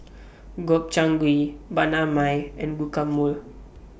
Gobchang Gui Banh MI and Guacamole